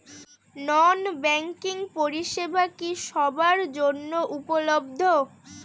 নন banking পরিষেবা কি সবার জন্য উপলব্ধ?